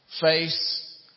Face